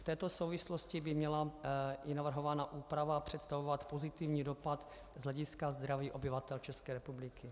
V této souvislosti by měla i navrhovaná úprava představovat pozitivní dopad z hlediska zdraví obyvatel České republiky.